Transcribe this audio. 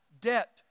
Debt